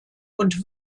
und